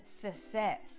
success